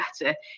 better